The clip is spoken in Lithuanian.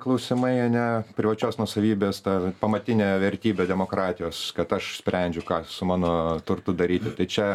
klausimai ane privačios nuosavybės ta pamatinė vertybė demokratijos kad aš sprendžiu ką su mano turtu daryti tai čia